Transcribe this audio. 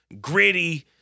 gritty